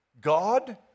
God